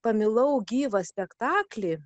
pamilau gyvą spektaklį